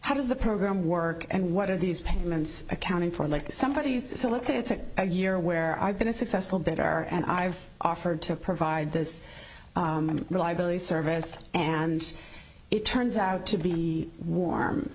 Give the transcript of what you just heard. how does the program work and what are these payments accounting for like somebody so let's say it's a year where i've been a successful bet are and i've offered to provide this reliability service and it turns out to be warm